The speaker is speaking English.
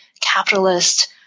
capitalist